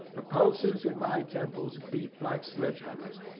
the pulses in my temples beat like sledge-hammers,